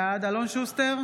בעד אלון שוסטר,